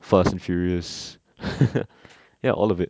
fast and furious ya all of it